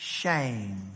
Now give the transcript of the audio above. shame